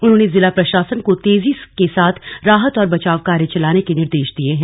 उन्होंने जिला प्रशासन को तेजी के साथ राहत और बचाव कार्य चलाने के निर्देश दिए हैं